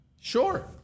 Sure